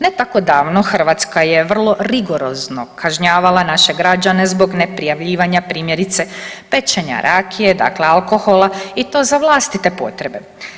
Ne tako davno Hrvatska je vrlo rigorozno kažnjavala naše građane zbog neprijavljivanja primjerice pečenja rakije, dakle alkohola i to za vlastite potrebe.